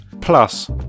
Plus